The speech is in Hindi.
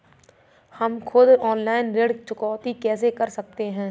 हम खुद ऑनलाइन ऋण चुकौती कैसे कर सकते हैं?